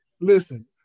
listen